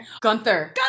gunther